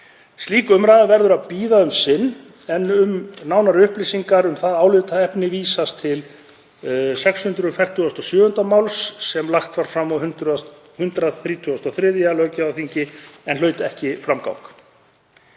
Slík umræða verður að bíða um sinn, en um nánari upplýsingar um það álitaefni vísast til 647. máls sem lagt var fram á 133. löggjafarþingi en hlaut ekki framgang.